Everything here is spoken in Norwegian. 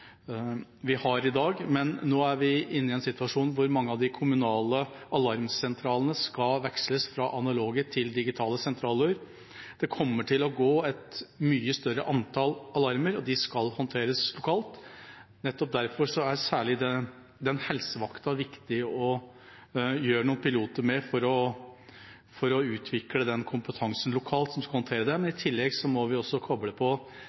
men nå er vi inne i en situasjon hvor mange av de kommunale alarmsentralene skal veksle fra analoge til digitale sentraler. Det kommer til å gå et mye større antall alarmer, og de skal håndteres lokalt. Nettopp derfor er det særlig viktig å gjøre noen piloter på helsevakt for å utvikle den kompetansen som skal håndtere det lokalt. I tillegg må vi også koble på